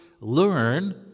learn